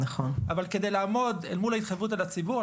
אבל כדי לעמוד בהתחייבות לציבור,